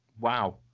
wow